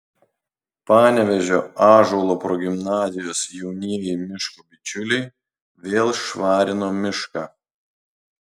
panevėžio ąžuolo progimnazijos jaunieji miško bičiuliai vėl švarino mišką